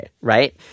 right